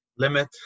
Limit